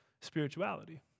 spirituality